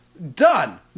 Done